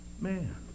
man